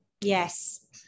Yes